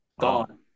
Gone